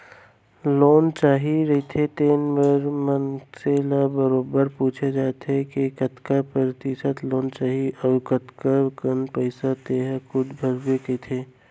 loan चाही रहिथे तेन बेरा म मनसे ल बरोबर पूछे जाथे के कतका परतिसत लोन चाही अउ कतका कन पइसा तेंहा खूद भरबे कहिके